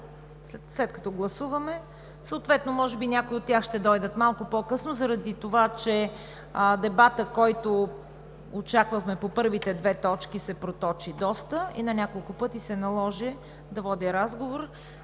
бъдат поканени в залата. Може би някои от тях ще дойдат малко по-късно заради това, че дебатът, който очаквахме по първите две точки, се проточи доста и на няколко пъти се наложи да водя разговор